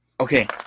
okay